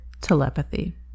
telepathy